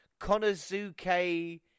Konazuke